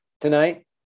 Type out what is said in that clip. tonight